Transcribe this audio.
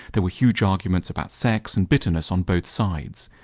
there were huge arguments about sex and bitterness on both sides.